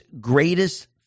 greatest